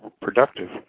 productive